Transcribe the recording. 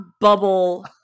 bubble